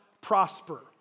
prosper